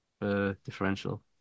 differential